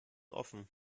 offen